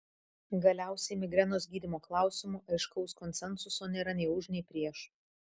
galiausiai migrenos gydymo klausimu aiškaus konsensuso nėra nei už nei prieš